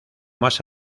mas